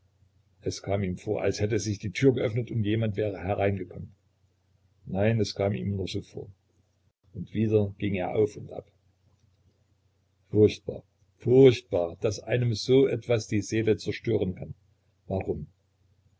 es kam ihm vor als hätte sich die tür geöffnet und jemand wäre hineingekommen nein es kam ihm nur so vor und wieder ging er auf und ab furchtbar furchtbar daß einem so etwas die seele zerstören kann warum